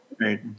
Right